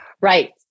Right